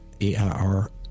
a-i-r